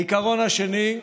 העיקרון השני: